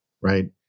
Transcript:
right